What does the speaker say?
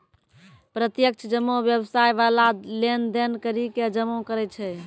प्रत्यक्ष जमा व्यवसाय बाला लेन देन करि के जमा करै छै